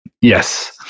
Yes